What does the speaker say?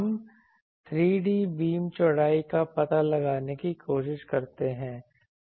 हम 3D beam चौड़ाई का पता लगाने की कोशिश करते हैं